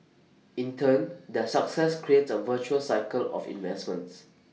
in turn their success creates A virtuous cycle of investments